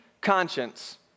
conscience